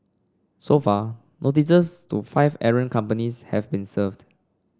so far notices to five errant companies have been served